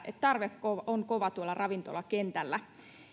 tarve on kova tuolla ravintolakentällä